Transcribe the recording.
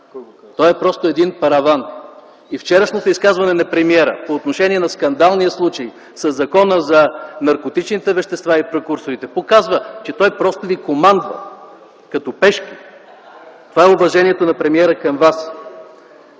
Това е просто един параван. Вчерашното изказване на премиера по отношение на скандалния случай със Закона за наркотичните вещества и прекурсорите показва, че той просто ви командва като пешки. Това е уважението на премиера към вас.